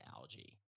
algae